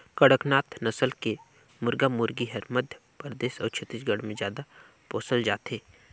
कड़कनाथ नसल के मुरगा मुरगी हर मध्य परदेस अउ छत्तीसगढ़ में जादा पोसल जाथे